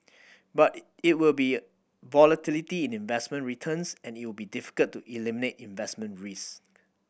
but it will be volatility in investment returns and it will be difficult to eliminate investment risk